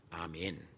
Amen